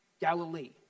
Galilee